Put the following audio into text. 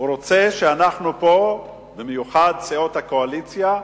הוא רוצה שאנחנו פה, במיוחד סיעות הקואליציה,